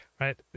right